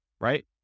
right